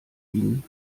ihnen